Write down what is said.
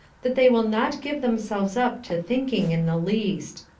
that they will not give themselves up to thinking in the least.